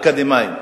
אקדמאים.